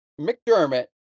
McDermott